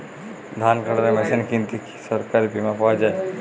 ধান কাটার মেশিন কিনতে কি সরকারী বিমা পাওয়া যায়?